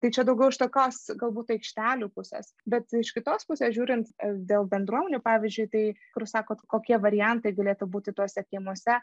tai čia daugiau iš tokios galbūt aikštelių pusės bet iš kitos pusės žiūrint dėl bendruomenių pavyzdžiui tai kur sakot kokie variantai galėtų būti tuose kiemuose